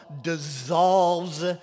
dissolves